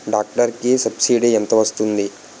Tractor కి subsidy ఎంత వస్తుంది?